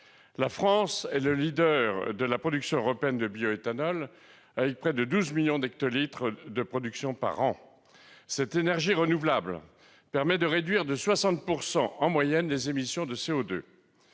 La France est le leader de la production européenne de bioéthanol, avec une production de près de 12 millions d'hectolitres par an. Cette énergie renouvelable permet de réduire de 60 % en moyenne les émissions de CO2,